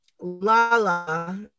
Lala